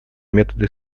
методы